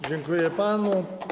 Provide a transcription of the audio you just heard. Dziękuję panu.